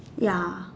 ya